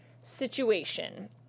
situation